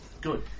good